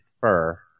fur